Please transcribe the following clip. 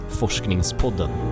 forskningspodden